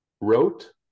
wrote